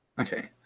Okay